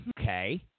Okay